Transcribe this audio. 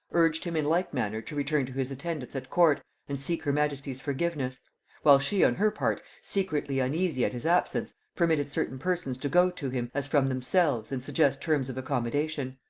urged him in like manner to return to his attendance at court and seek her majesty's forgiveness while she, on her part, secretly uneasy at his absence, permitted certain persons to go to him, as from themselves, and suggest terms of accommodation.